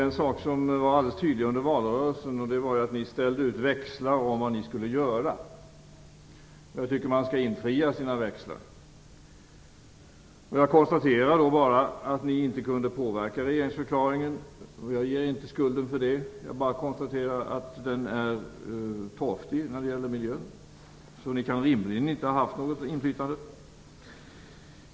En sak som var alldeles tydlig under valrörelsen var ju att ni ställde ut växlar om vad ni skulle göra. Jag tycker att man skall infria sina växlar. Jag konstaterar då för det första att ni inte kunde påverka regeringsförklaringen. Jag ger er inte skulden för det, utan jag bara konstaterar att den är torftig när det gäller miljön, så ni kan rimligen inte ha haft något inflytande.